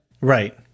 Right